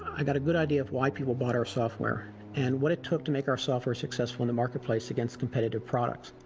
i got a good idea of. of why people bought our software and what it took to make our software successful in the marketplace against competitive products.